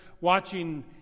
watching